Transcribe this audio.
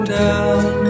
down